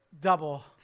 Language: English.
double